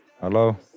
Hello